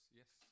yes